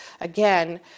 again